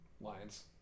Lions